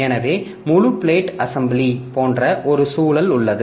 எனவே முழு blade assembly போன்ற ஒரு சுழல் உள்ளது